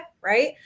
right